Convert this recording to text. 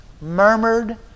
murmured